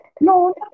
No